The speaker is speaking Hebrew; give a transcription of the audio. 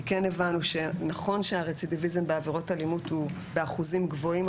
כי הן הבנו שנכון שהרצידיביזם בעבירות אלימות הוא באחוזים גבוהים,